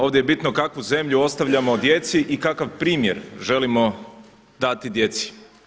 Ovdje je bitno kakvu zemlju ostavljamo djeci i kakav primjer želimo dati djeci.